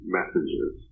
Messages